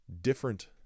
different